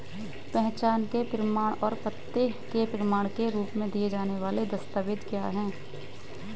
पहचान के प्रमाण और पते के प्रमाण के रूप में दिए जाने वाले दस्तावेज क्या हैं?